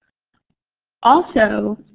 also,